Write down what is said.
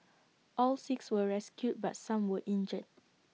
all six were rescued but some were injured